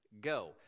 go